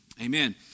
Amen